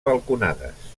balconades